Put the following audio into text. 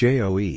J-O-E